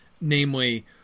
namely